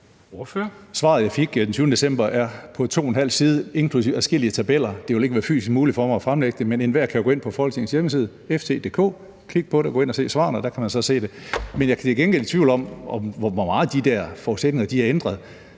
Svaret, jeg fik den 20. december, er på 2½ side inklusive adskillige tabeller. Det ville ikke være fysisk muligt for mig at fremlægge det, men enhver kan jo gå ind på Folketingets hjemmeside www.ft.dk, klikke på det og gå ind og læse svarene; dér kan man altså se det. Men jeg er til gengæld i tvivl om, hvor meget de der forudsætninger er ændret,